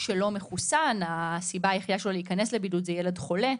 לא מחוסן להיכנס לבידוד היא ילד חולה.